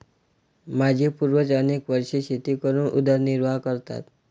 माझे पूर्वज अनेक वर्षे शेती करून उदरनिर्वाह करतात